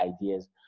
ideas